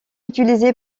utilisée